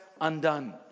undone